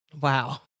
Wow